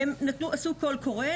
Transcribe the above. עשו קול קורא,